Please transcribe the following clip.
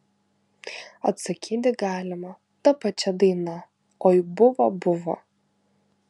atsakyti galima ta pačia daina oi buvo buvo